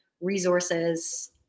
resources